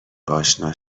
آشنا